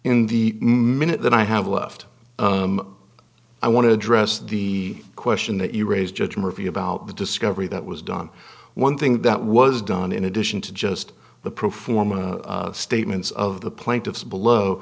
in the minute that i have left i want to address the question that you raised judge murphy about the discovery that was done one thing that was done in addition to just the pro forma statements of the plaintiffs below